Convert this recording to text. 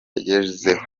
yagezeho